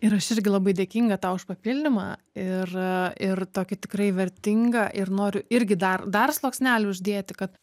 ir aš irgi labai dėkinga tau už papildymą ir ir tokį tikrai vertingą ir noriu irgi dar dar sluoksnelį uždėti kad